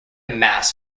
mass